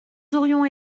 aurions